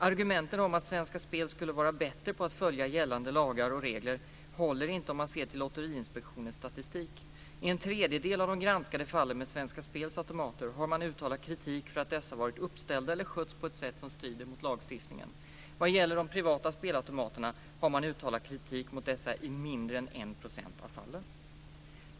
Argumenten för att Svenska Spel skulle vara bättre på att följa gällande lagar och regler håller inte om man ser till Lotteriinspektionens statistik. I en tredjedel av de granskade fallen med Svenska Spels automater har man uttalat kritik mot att dessa har varit uppställda eller skötts på ett sätt som strider mot lagstiftningen. Vad gäller de privata spelautomaterna har man uttalat kritik mot dessa i mindre än 1 % av fallen.